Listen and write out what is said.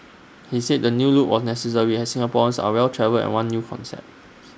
he says the new look was necessary as Singaporeans are well travelled and want new concepts